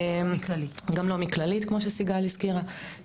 גם לא מכללית, כמו שסיגל הזכירה.